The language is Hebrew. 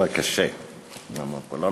נורא קשה לעמוד פה.